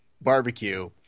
barbecue